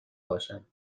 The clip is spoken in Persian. باشم